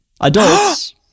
Adults